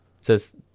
says